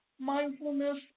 mindfulness